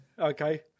Okay